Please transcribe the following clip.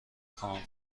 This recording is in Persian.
خواهم